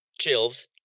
chills